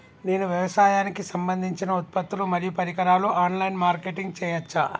నేను వ్యవసాయానికి సంబంధించిన ఉత్పత్తులు మరియు పరికరాలు ఆన్ లైన్ మార్కెటింగ్ చేయచ్చా?